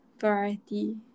variety